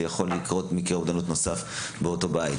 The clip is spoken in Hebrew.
שיכול לקרות מקרה אובדנות נוסף באותו בית.